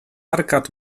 arkad